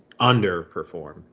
underperform